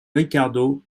riccardo